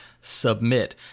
submit